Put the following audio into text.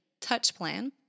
TouchPlan